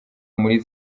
muri